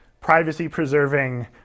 privacy-preserving